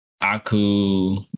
Aku